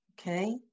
okay